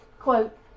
quote